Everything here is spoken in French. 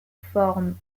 formes